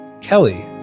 Kelly